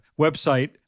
website